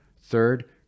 Third